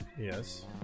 Yes